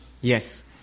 Yes